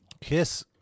KISS